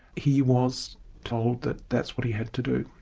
he was told that that's what he had to do,